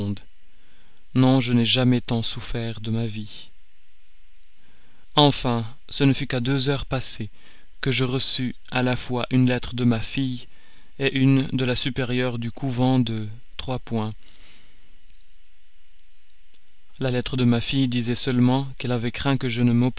non je n'ai jamais tant souffert de ma vie enfin ce ne fut qu'à deux heures passées que je reçus à la fois une lettre de ma fille une de la supérieure du couvent de la lettre de ma fille disait seulement qu'elle avait craint que je ne m'opposasse